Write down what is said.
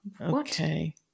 Okay